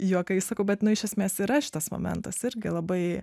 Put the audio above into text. juokais sakau bet nu iš esmės yra šitas momentas irgi labai